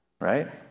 right